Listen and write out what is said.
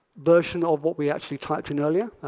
version of what we actually typed in earlier.